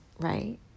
right